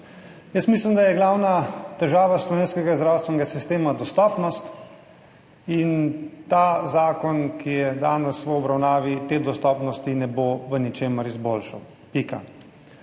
Mislim, da je glavna težava slovenskega zdravstvenega sistema dostopnost. Ta zakon, ki je danes v obravnavi, te dostopnosti ne bo v ničemer izboljšal. Pika.